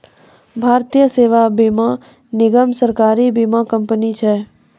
भारतीय जीवन बीमा निगम, सरकारी बीमा कंपनी छै